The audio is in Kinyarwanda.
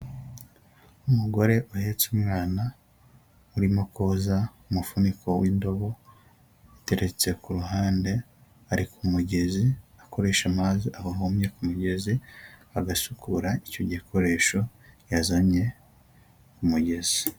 Umugore uhetse umwana urimo koza umufuniko w'indobo yateretse ku ruhande ari ku mugezi akoresha amazi aho ahumye ku mugezi agasukura icyo gikoresho yazanye ku mugezi.